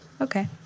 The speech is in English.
Okay